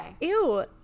Ew